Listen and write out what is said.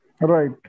Right